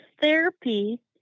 therapy